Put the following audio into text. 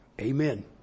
Amen